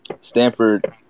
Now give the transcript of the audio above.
Stanford